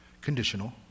conditional